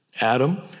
Adam